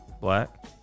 black